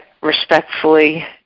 respectfully